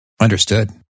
Understood